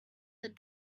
the